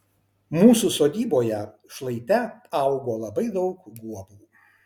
mūsų sodyboje šlaite augo labai daug guobų